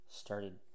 started